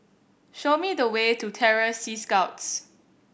show me the way to Terror Sea Scouts